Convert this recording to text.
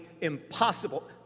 impossible